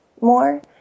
more